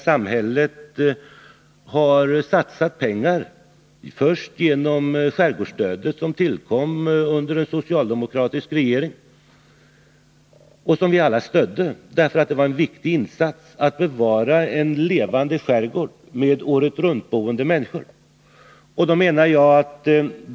Samhället har också satsat pengar här, genom skärgårdsstödet, som tillkom under den socialdemokratiska regeringens tid och som vi alla stödde därför att det var en viktig insats att bevara en levande skärgård med åretruntboende människor.